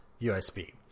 usb